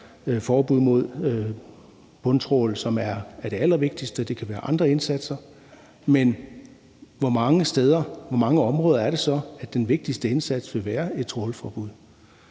forbud mod bundtrawl, som er det allervigtigste, men hvor det kan være andre indsatser. Men hvor mange områder er det så, at den vigtigste indsats vil være et trawlforbud?